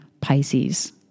Pisces